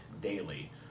daily